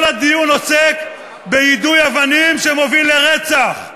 כל הדיון עוסק ביידוי אבנים שמוביל לרצח,